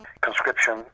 conscription